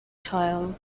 child